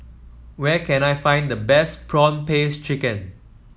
where can I find the best prawn paste chicken